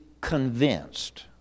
convinced